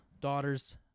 daughters